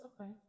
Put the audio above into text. okay